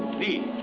the